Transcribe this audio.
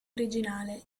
originale